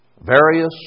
Various